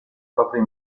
propria